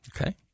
Okay